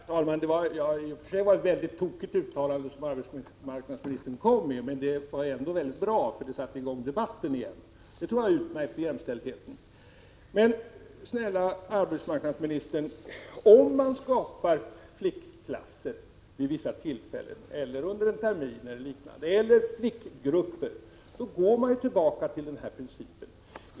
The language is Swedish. Herr talman! I och för sig var det ett väldigt tokigt uttalande som arbetsmarknadsministern kom med, men det var ändå väldigt bra, för det satte i gång debatten igen. Det tror jag är utmärkt för jämställdheten. Men, snälla arbetsmarknadsministern, om man skapar flickklasser vid vissa tillfällen, under en termin eller liknande, eller flickgrupper, går man tillbaka till en gammal princip.